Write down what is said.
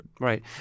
Right